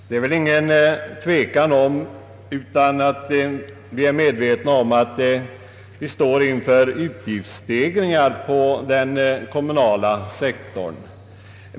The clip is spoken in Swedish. Herr talman! Det råder väl ingen tvekan om att vi står inför utgiftsstegringar på den kommunala sektorn.